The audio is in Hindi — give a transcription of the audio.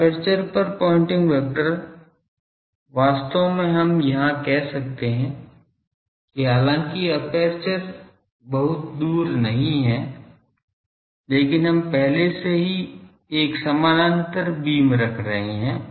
एपर्चर पर पॉइंटिंग वेक्टर वास्तव में हम यहां कह सकते हैं कि हालांकि एपर्चर बहुत दूर नहीं है लेकिन हम पहले से ही एक समानांतर बीम रख रहे हैं